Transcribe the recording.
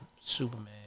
Superman